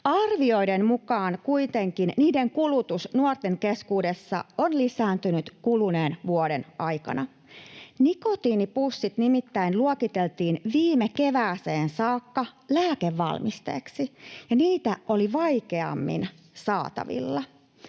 Arvioiden mukaan kuitenkin niiden kulutus nuorten keskuudessa on lisääntynyt kuluneen vuoden aikana. Nikotiinipussit nimittäin luokiteltiin viime kevääseen saakka lääkevalmisteeksi, ja niitä oli vaikeammin saatavilla.